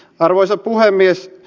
arvoisa puhemies